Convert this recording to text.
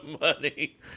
money